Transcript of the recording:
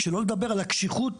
שלא לדבר על הקשיחות